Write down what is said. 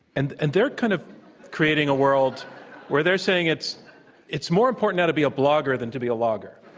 and and they're kind of creating a world where they're saying it's it's more important now to be a blogger than to be a logger,